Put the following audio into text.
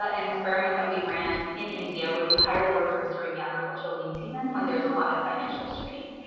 an experiment that we ran in india, where we hired workers during the agricultural lean season when there's a lot of financial strain.